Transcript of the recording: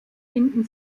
finden